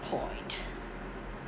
point